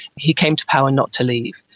he came to power not to leave.